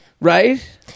right